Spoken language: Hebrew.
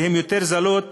והן יותר זולות